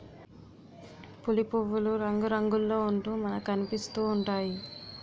పులి పువ్వులు రంగురంగుల్లో ఉంటూ మనకనిపిస్తా ఉంటాయి